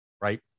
right